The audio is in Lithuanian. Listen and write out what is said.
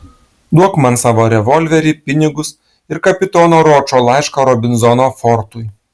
duok man savo revolverį pinigus ir kapitono ročo laišką robinzono fortui